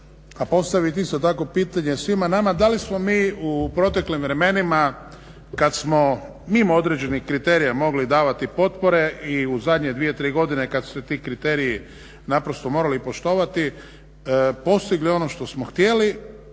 a postaviti isto tako pitanje svima nama da li smo mi u proteklim vremenima kad smo mimo određenih kriterija mogli davati potpore i u zadnje dvije tri godine kad su se ti kriteriji naprosto morali poštovati, postigli oni što smo htjeli,